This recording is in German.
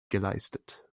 geleistet